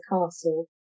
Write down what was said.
Castle